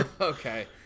okay